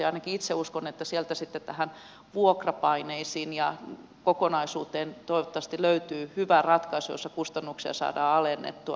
toivottavasti ainakin itse uskon sieltä sitten näihin vuokrapaineisiin ja kokonaisuuteen löytyy hyvä ratkaisu jossa kustannuksia saadaan alennettua